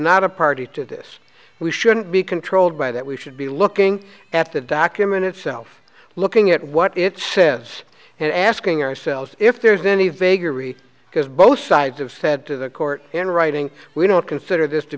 not a party to this we shouldn't be controlled by that we should be looking at the document itself looking at what it says and asking ourselves if there's any vagary because both sides have said to the court in writing we don't consider this to